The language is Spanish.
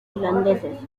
irlandeses